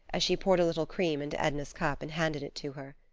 as she poured a little cream into edna's cup and handed it to her.